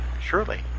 Surely